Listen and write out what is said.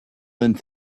learned